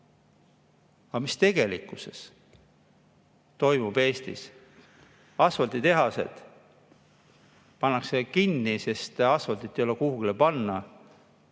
Aga mis tegelikkuses toimub Eestis? Asfalditehased pannakse kinni, sest asfalti ei ole kuhugi panna.